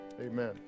Amen